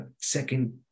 second